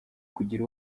kugira